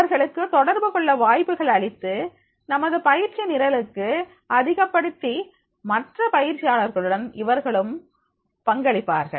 அவர்களுக்கு தொடர்பு கொள்ள வாய்ப்புகளை அளித்து நமது பயிற்சி நிரலுக்கு அதிகப் படுத்தி மற்ற பயிற்சியாளர்களுடன் இவர்களும் பங்களிப்பாளர்கள்